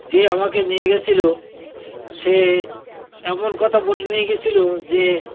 যে আমাকে নিয়ে গিয়েছিল সে এমন কথা বলে নিয়ে গিয়েছিল যে